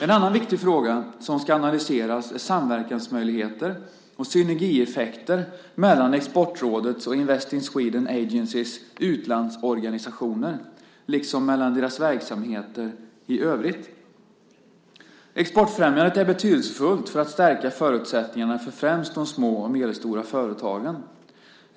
En annan viktig fråga som ska analyseras är samverkansmöjligheter och synergieffekter mellan Exportrådets och Invest in Sweden Agencys utlandsorganisationer liksom mellan deras verksamheter i övrigt. Exportfrämjandet är betydelsefullt för att stärka förutsättningarna för främst de små och medelstora företagen.